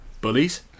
Bullies